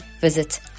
visit